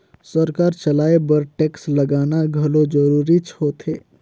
सरकार चलाए बर टेक्स लगाना घलो जरूरीच होथे